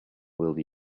will